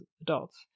adults